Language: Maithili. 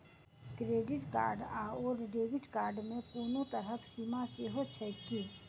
क्रेडिट कार्ड आओर डेबिट कार्ड मे कोनो तरहक सीमा सेहो छैक की?